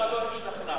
אתה לא השתכנעת.